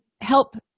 help